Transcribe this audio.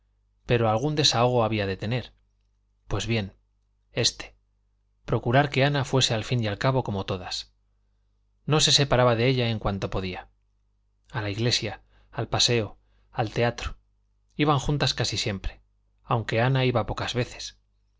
pero algún desahogo había de tener pues bien este procurar que ana fuese al fin y al cabo como todas no se separaba de ella en cuanto podía a la iglesia al paseo al teatro iban juntas casi siempre aunque ana iba pocas veces